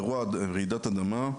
באירוע רעידת אדמה,